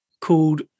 called